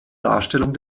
darstellung